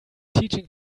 teaching